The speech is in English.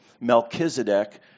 Melchizedek